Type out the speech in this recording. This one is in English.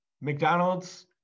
McDonald's